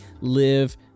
live